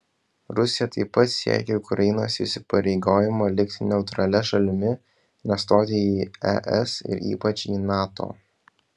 rusija taip pat siekia ukrainos įsipareigojimo likti neutralia šalimi nestoti į es ir ypač į nato